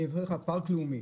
אני אביא לך פארק לאומי,